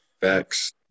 Facts